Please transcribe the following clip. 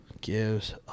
gives